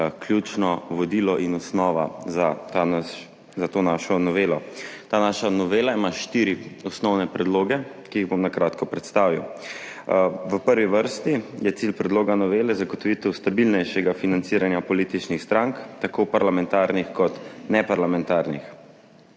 ključno vodilo in osnova za ta naš, za to našo novelo. Ta naša novela ima štiri osnovne predloge, ki jih bom na kratko predstavil. V prvi vrsti je cilj predloga novele zagotovitev stabilnejšega financiranja političnih strank, tako parlamentarnih kot neparlamentarnih.